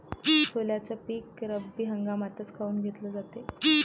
सोल्याचं पीक रब्बी हंगामातच काऊन घेतलं जाते?